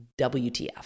WTF